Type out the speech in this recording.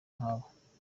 nk’aba